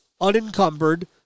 unencumbered